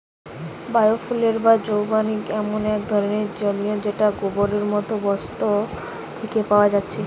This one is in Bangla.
বায়ো ফুয়েল বা জৈবজ্বালানি এমন এক ধরণের জ্বালানী যেটা গোবরের মতো বস্তু থিকে পায়া যাচ্ছে